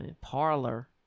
parlor